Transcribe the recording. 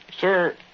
sir